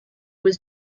was